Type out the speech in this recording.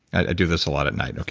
i do this a lot at night.